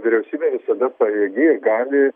vyriausybė visada pajėgi gali